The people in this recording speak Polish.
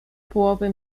połowy